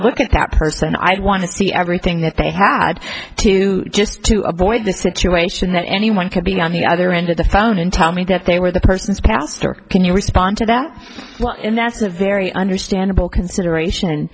look at that person i want to see everything that they had to just to avoid the situation that anyone could be on the other end of the phone and tell me that they were the persons pastor can you respond to that well that's a very understandable consideration